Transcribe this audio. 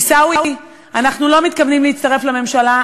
עיסאווי, אנחנו לא מתכוונים להצטרף לממשלה.